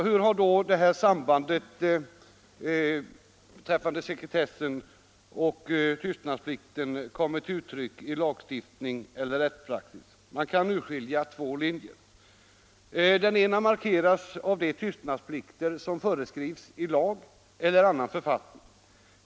Hur har då det här sambandet beträffande sekretessen och tystnadsplikten kommit till uttryck i lagstiftning eller rättspraxis? Man kan urskilja två linjer. Den ena markeras av de tystnadsplikter som föreskrivs i lag eller annan författning.